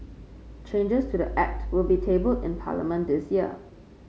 changes to the Act will be tabled in Parliament this year